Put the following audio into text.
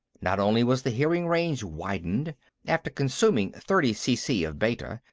not only was the hearing range widened after consuming thirty cc of beta,